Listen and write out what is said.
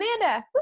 Amanda